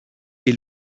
est